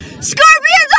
Scorpions